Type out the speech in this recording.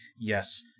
Yes